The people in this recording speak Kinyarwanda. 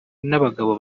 n’abagabo